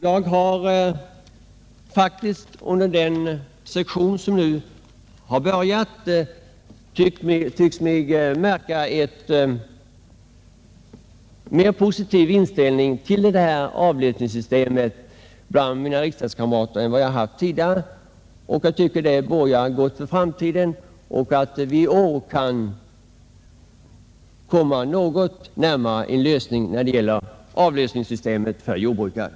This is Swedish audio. Jag har faktiskt under den session, som nu har börjat, bland mina riksdagskamrater tyckt mig märka en mer positiv inställning än tidigare till ett sådant avlösningssystem. Det bådar gott för framtiden, och jag hoppas att vi i år kan komma något närmare en lösning av detta problem.